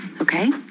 okay